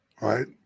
right